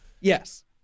Yes